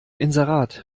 inserat